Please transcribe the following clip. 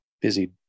busy